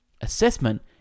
assessment